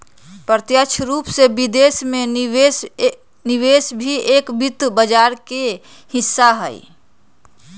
प्रत्यक्ष रूप से विदेश में निवेश भी एक वित्त बाजार के हिस्सा हई